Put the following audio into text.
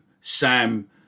Sam